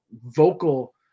vocal